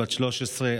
בת 13,